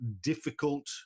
difficult